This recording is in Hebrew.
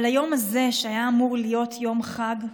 אבל היום הזה, שהיה אמור להיות יום חג,